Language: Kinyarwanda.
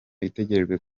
itegerejwe